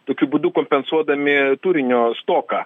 tokiu būdu kompensuodami turinio stoką